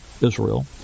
Israel